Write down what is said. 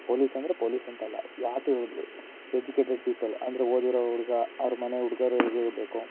police ಅಂದರೆ police ಅಂತಲ್ಲ ಯಾಕು ಎಜುಕೇಟೆಡ್ ಪೀಪಲ್ ಅಂದರೆ ಓದಿರೋ ಹುಡುಗ ಅವರ ಮನೆ ಹುಡುಗ್ರು ಆಗಿರ್ಬೇಕು